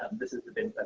this is the big.